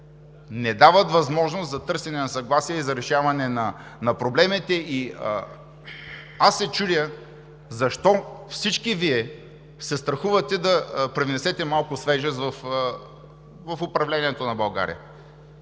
не дават възможност за търсене на съгласие и за решаване на проблемите. Аз се чудя защо всички Вие се страхувате да пренесете малко свежест в управлението на България!?